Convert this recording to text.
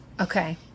Okay